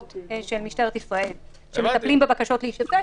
של משטרת ישראל שמטפלת בבקשות להישפט.